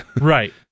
Right